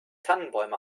tannenbäume